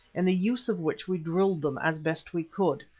in the use of which we drilled them as best we could.